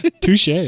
Touche